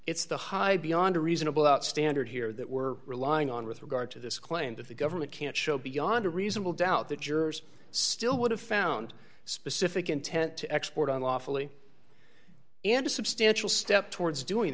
it's the high beyond a reasonable doubt standard here that we're relying on with regard to this claim that the government can't show beyond a reasonable doubt that jurors still would have found a specific intent to export unlawfully and a substantial step towards doing